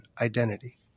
identity